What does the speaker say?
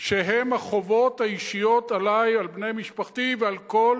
שהם החובות האישיות עלי, על בני משפחתי ועל כל